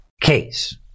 case